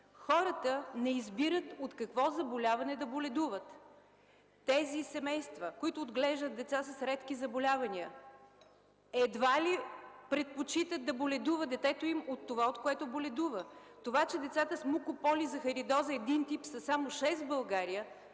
Хората не избират от какво заболяване да боледуват. Тези семейства, които отглеждат деца с редки заболявания, едва ли предпочитат детето им да боледува от това, от което боледува. Това, че децата с мукополизахаридоза един тип са само шест в България